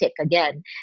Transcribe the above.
again